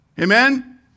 Amen